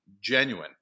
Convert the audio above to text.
genuine